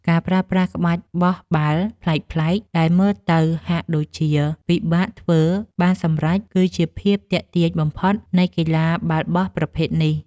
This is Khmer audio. ការប្រើប្រាស់ក្បាច់បោះបាល់ប្លែកៗដែលមើលទៅហាក់ដូចជាពិបាកធ្វើបានសម្រេច គឺជាភាពទាក់ទាញបំផុតនៃកីឡាបាល់បោះប្រភេទនេះ។